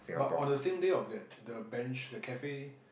but on the same day of that the bench the cafe